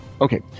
Okay